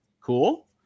cool